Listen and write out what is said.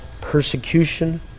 persecution